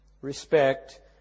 respect